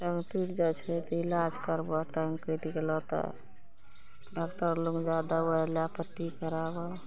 टाँग टूटि जाइ छै तऽ इलाज करबऽ टाँग टूटि गेलौ तऽ डॉक्टर लग जा दबाइ लए पट्टी कराबऽ